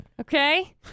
okay